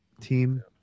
Team